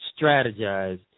strategize